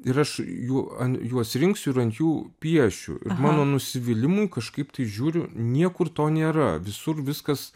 ir aš jų an juos rinksiu ir ant jų piešiu ir mano nusivylimui kažkaip tai žiūriu niekur to nėra visur viskas